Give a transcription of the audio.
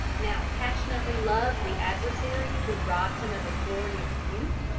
now passionately loves the adversary who robbed him of his glorious youth,